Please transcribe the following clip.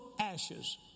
ashes